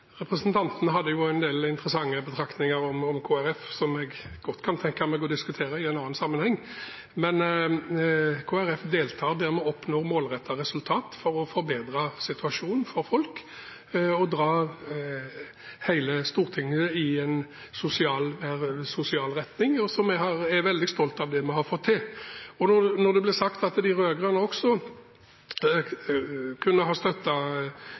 Representanten hadde en del interessante betraktninger om Kristelig Folkeparti som jeg godt kan tenke meg å diskutere i en annen sammenheng. Kristelig Folkeparti deltar der vi oppnår målrettede resultat for å forbedre situasjonen for folk, og drar hele Stortinget i en mer sosial retning. Jeg er veldig stolt av det vi har fått til. Når det blir sagt at de rød-grønne også kunne ha